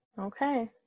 Okay